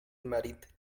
marit